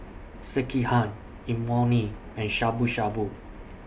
Sekihan Imoni and Shabu Shabu